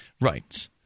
Right